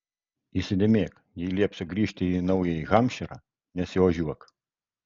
įsidėmėk jei liepsiu grįžti į naująjį hampšyrą nesiožiuok